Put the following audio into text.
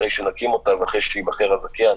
אחרי שנקים אותה ואחרי שייבחר הזכיין,